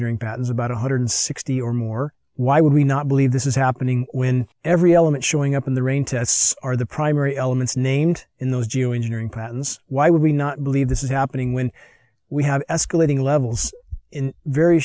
patterns about one hundred sixty or more why would we not believe this is happening when every element showing up in the rain tests are the primary elements named in those geo engineering plans why would we not believe this is happening when we have escalating levels in very